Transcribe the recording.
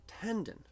tendon